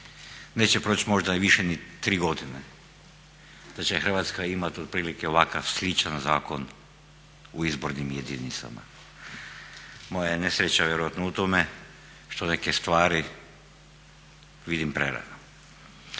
neće proći možda više ni tri godine da će Hrvatska imati otprilike ovakav sličan zakon u izbornim jedinicama. Moja je nesreća vjerojatno u tome što neke stvari vidim prerano.